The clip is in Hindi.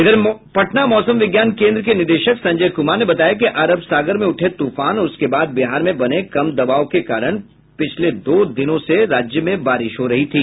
उधर पटना मौसम विज्ञान केंद्र के निदेशक संजय कुमार ने बताया कि अरब सागर में उठे तूफान और उसके बाद बिहार में बने कम दबाव के कारण पिछले दो दिनों से राज्य में बारिश हो रही थी